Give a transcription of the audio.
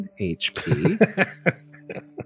HP